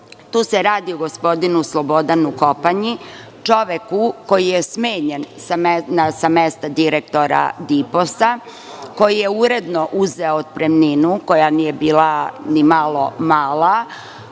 Tu se radi o gospodinu Slobodanu Kopanji, čoveku koji je smenjen sa mesta direktora …, koji je uredno uzeo otpremninu koja nije bila ni malo mala,